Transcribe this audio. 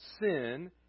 sin